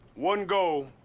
one goal,